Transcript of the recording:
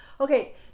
okay